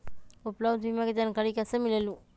उपलब्ध बीमा के जानकारी कैसे मिलेलु?